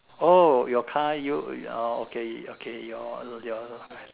oh your car you orh okay okay your your